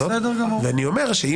זאת אומרת,